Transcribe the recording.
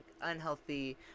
unhealthy